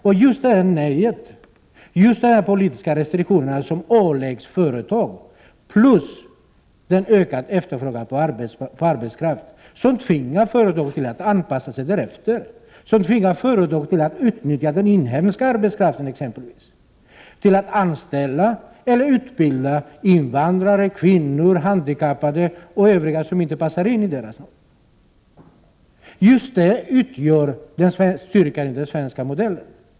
Och just detta nej, dessa politiska restriktioner som åläggs företag plus den ökade efterfrågan på arbetskraft, tvingar företagen att anpassa sig därefter, att utnyttja den inhemska arbetskraften, att anställa eller utbilda invandrare, kvinnor, handikappade och övriga som inte passar in i deras mall. Just detta utgör styrkan i den svenska modellen.